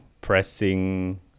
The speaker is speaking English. pressing